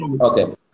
Okay